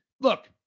look